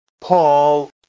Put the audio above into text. Paul